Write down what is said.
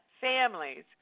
families